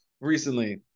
recently